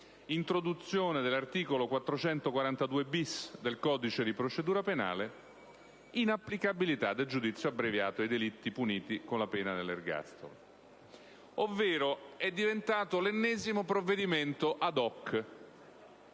introduzione dell'articolo 442-*bis* del codice di procedura penale. Inapplicabilità del giudizio abbreviato ai delitti puniti con la pena dell'ergastolo». Ovvero, è diventato l'ennesimo provvedimento *ad hoc*